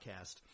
podcast